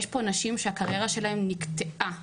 יש פה נשים שהקריירה שלהן נקטעה,